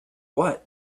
what